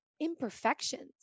imperfections